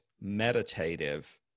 meditative